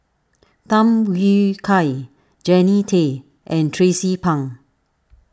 Tham Yui Kai Jannie Tay and Tracie Pang